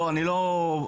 אני לא תוקף,